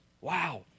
Wow